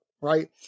Right